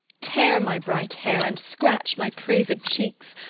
tear my bright hair, and scratch my praised cheeks,